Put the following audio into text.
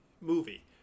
movie